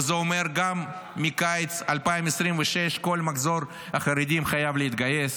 וזה אומר גם שמקיץ 2026 כל מחזור החרדים חייב להתגייס,